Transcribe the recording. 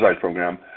program